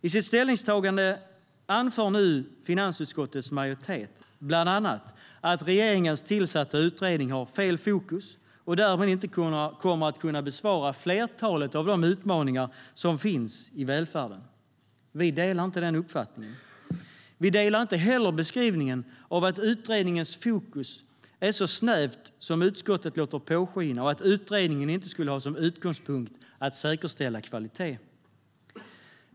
I sitt ställningstagande anför nu finansutskottets majoritet bland annat att regeringens tillsatta utredning har fel fokus och därmed inte kommer att kunna besvara flertalet av de utmaningar som finns i välfärden. Vi delar inte den uppfattningen. Vi delar inte heller beskrivningen av att utredningens fokus är så snävt som utskottet låter påskina och att utredningen inte skulle ha som utgångspunkt att säkerställa kvalitet.